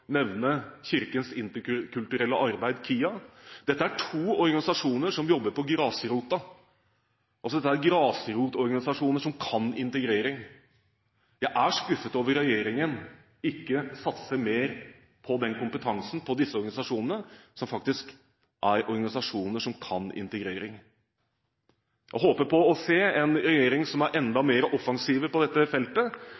nevne Kristent interkulturelt arbeid, KIA. Dette er to organisasjoner som jobber på grasrota – dette er grasrotorganisasjoner som kan integrering. Jeg er skuffet over at regjeringen ikke satser mer på kompetansen til disse organisasjonene som faktisk kan integrering. Jeg håper på å se en regjering som er enda